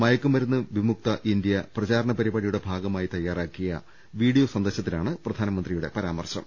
മയക്കുമരുന്ന് വിമുക്ത ഇന്ത്യ പ്രചാരണ പരിപാടിയുടെ ഭാഗമായി തയാറാക്കിയ വീഡിയോ സന്ദേശത്തി ലാണ് പ്രധാനമന്ത്രിയുടെ പരാമർശം